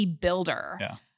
builder